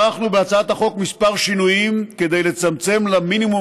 ערכנו בהצעת החוק כמה שינויים כדי לצמצם למינימום